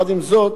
עם זאת,